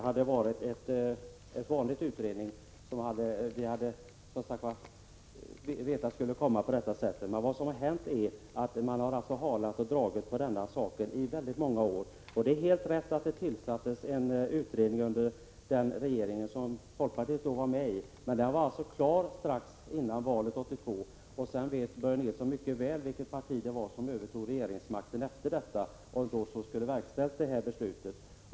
Herr talman! Vi hade väntat, om det hade varit en vanlig utredning. Men regeringen har ju halat och dragit på denna sak i väldigt många år. Det är helt rätt att den regering som folkpartiet var med i tillsatte en utredning, men den utredningen blev klar strax före valet 1982, och Börje Nilsson vet mycket väl vilket parti som då övertog regeringsmakten och som borde ha verkställt beslutet.